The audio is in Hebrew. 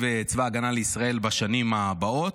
צבא ההגנה לישראל בשנים הבאות.